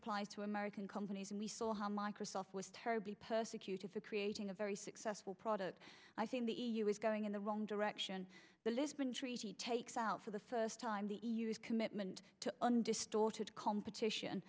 applied to american companies and we saw how microsoft was terribly persecuted for creating a very successful product i think the e u is going in the wrong direction the lisbon treaty takes out for the first time the e u is commitment to undistorted competition